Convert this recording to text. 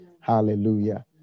hallelujah